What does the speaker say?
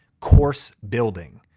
course building,